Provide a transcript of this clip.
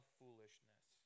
foolishness